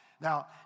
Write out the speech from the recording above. Now